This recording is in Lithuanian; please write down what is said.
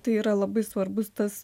tai yra labai svarbus tas